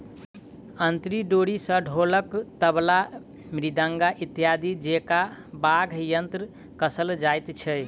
अंतरी डोरी सॅ ढोलक, तबला, मृदंग इत्यादि जेंका वाद्य यंत्र कसल जाइत छै